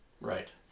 Right